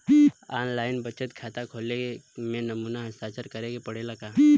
आन line बचत खाता खोले में नमूना हस्ताक्षर करेके पड़ेला का?